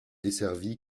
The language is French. desservie